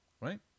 Right